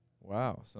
Wow